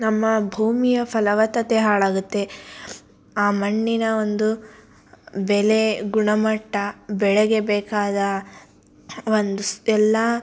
ನಮ್ಮ ಭೂಮಿಯ ಫಲವತ್ತತೆ ಹಾಳಾಗುತ್ತೆ ಆ ಮಣ್ಣಿನ ಒಂದು ಬೆಲೆ ಗುಣಮಟ್ಟ ಬೆಳೆಗೆ ಬೇಕಾದ ಒಂದಿಷ್ಟೆಲ್ಲ